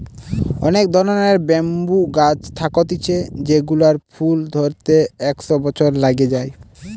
অনেক ধরণের ব্যাম্বু গাছ থাকতিছে যেগুলার ফুল ধরতে একশ বছর লাগে যায়